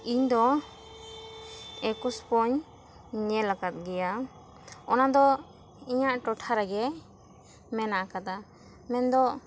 ᱤᱧ ᱫᱚ ᱮᱠᱩᱥ ᱠᱚᱹᱧ ᱧᱮᱞ ᱟᱠᱟᱫ ᱜᱮᱭᱟ ᱚᱱᱟ ᱫᱚ ᱤᱧᱟᱹᱜ ᱴᱚᱴᱷᱟ ᱨᱮᱜᱮ ᱢᱮᱱᱟᱜ ᱟᱠᱟᱫᱟ ᱢᱮᱱ ᱫᱚ